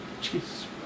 Jesus